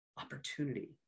opportunity